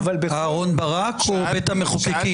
אהרון ברק או בית המחוקקים?